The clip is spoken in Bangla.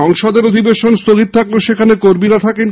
সংসদের অধিবেশন স্হগিত থাকলে সেখানে কর্মীরা থাকেন